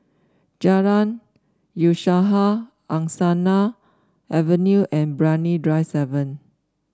Jalan Usaha Angsana Avenue and Brani Drive seven